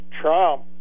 Trump